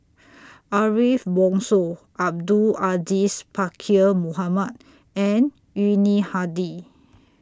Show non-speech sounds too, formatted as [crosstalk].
[noise] Ariff Bongso Abdul Aziz Pakkeer Mohamed and Yuni Hadi